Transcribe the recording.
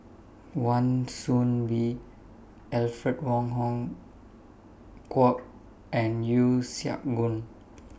Wan Soon Bee Alfred Wong Hong Kwok and Yeo Siak Goon